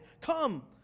Come